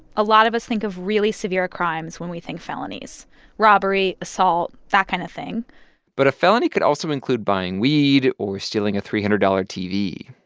a lot of us think of really severe crimes when we think felonies robbery, assault, that kind of thing but a felony could also include buying weed or stealing a three hundred dollars tv.